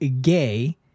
gay